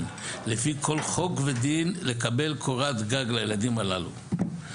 לפי כל חוק ודין לקבל קורת גג לילדים הללו,